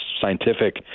scientific